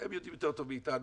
הם יודעים יותר טוב מאיתנו.